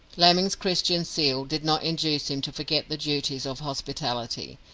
laming's christian zeal did not induce him to forget the duties of hospitality.